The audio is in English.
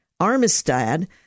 Armistad